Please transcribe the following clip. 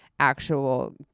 Actual